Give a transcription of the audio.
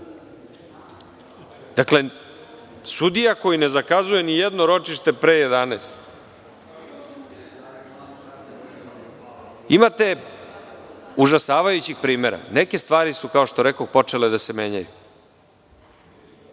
Dakle, sudija koji ne zakazuje nijedno ročište pre 11,00 časova. Imate užasavajućih primera, neke stvari su, kao što rekoh, počele da se menjaju.